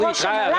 ראש --- אורית,